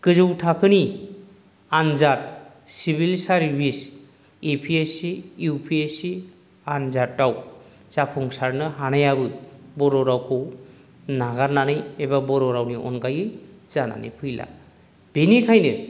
गोजौ थाखोनि आनजाद civil service A P S C U P S C आनजादआव जाफुंसारनो हानायाबो बर' रावखौ नागारनानै एबा बर' रावनि अनगायै जानानै फैला बेनिखायनो